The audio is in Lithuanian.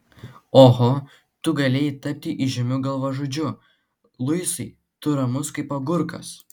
oho tu galėjai tapti įžymiu galvažudžiu luisai tu ramus kaip agurkas